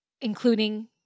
including